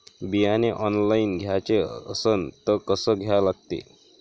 बियाने ऑनलाइन घ्याचे असन त कसं घ्या लागते?